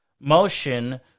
motion